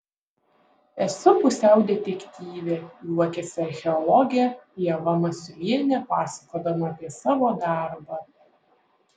esu pusiau detektyvė juokiasi archeologė ieva masiulienė pasakodama apie savo darbą